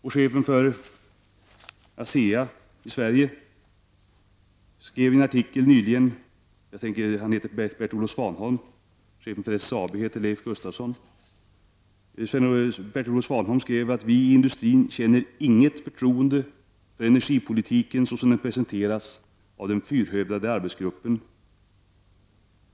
Chefen för ASEA Brown Boveri AB i Sverige, Bert-Olof Svanholm, skrev i en artikel i Dagens Nyheter nyligen: ”Vi känner inget förtroende för energipolitiken så som den presenterats av den fyrhövdade arbetsgruppen.